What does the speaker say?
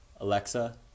Alexa